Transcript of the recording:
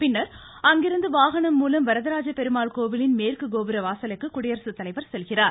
பின்னர் அங்கிருந்து வாகனம் மூலம் வரதராஜ பெருமாள் கோவிலின் மேற்கு கோபுர வாசலுக்கு குடியரசுத்தலைவர் செல்கிறார்